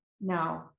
No